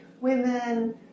women